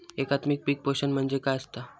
एकात्मिक पीक पोषण म्हणजे काय असतां?